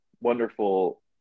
wonderful